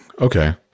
Okay